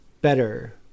better